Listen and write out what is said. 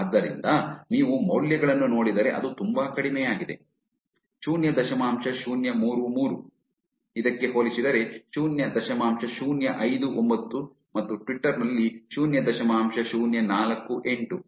ಆದ್ದರಿಂದ ನೀವು ಮೌಲ್ಯಗಳನ್ನು ನೋಡಿದರೆ ಅದು ತುಂಬಾ ಕಡಿಮೆಯಾಗಿದೆ ಶೂನ್ಯ ದಶಮಾಂಶ ಶೂನ್ಯ ಮೂರು ಮೂರು ಕ್ಕೆ ಹೋಲಿಸಿದರೆ ಶೂನ್ಯ ದಶಮಾಂಶ ಶೂನ್ಯ ಐದು ಒಂಬತ್ತು ಮತ್ತು ಟ್ವಿಟ್ಟರ್ನಲ್ಲಿ ಶೂನ್ಯ ದಶಮಾಂಶ ಶೂನ್ಯ ನಾಲ್ಕು ಎಂಟು